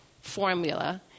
formula